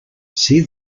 see